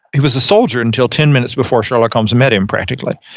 he was a soldier until ten minutes before sherlock holmes met him practically.